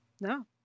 No